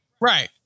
Right